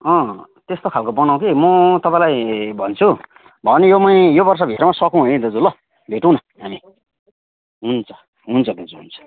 अँ त्यस्तो खालको बनाउँ कि म तपाईँलाई भन्छु भयो भने यो मै यो वर्षभित्रमा सकौँ है दाजु ल भेटौँ न हामी हुन्छ हुन्छ दाजु हुन्छ